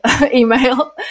email